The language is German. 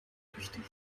berüchtigt